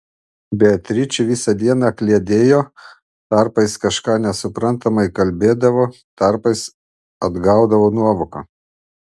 beatričė visą dieną kliedėjo tarpais kažką nesuprantamai kalbėdavo tarpais atgaudavo nuovoką